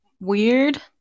weird